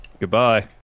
Goodbye